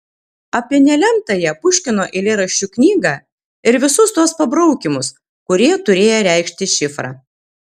apie nelemtąją puškino eilėraščių knygą ir visus tuos pabraukymus kurie turėję reikšti šifrą